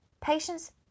patients